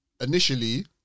initially